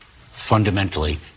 fundamentally